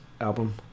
album